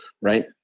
right